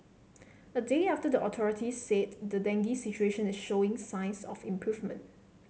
a day after the authorities said the dengue situation is showing signs of improvement